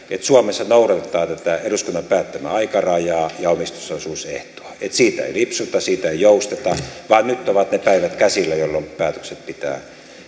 suomessa noudatetaan tätä eduskunnan päättämää aikarajaa ja omistusosuusehtoa että siitä ei lipsuta siitä ei jousteta vaan nyt ovat ne päivät käsillä jolloin päätökset pitää